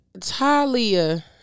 Talia